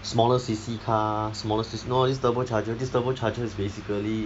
smaller C_C car smallest no this is turbo charger this turbo charger is basically